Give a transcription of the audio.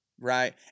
right